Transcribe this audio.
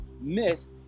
missed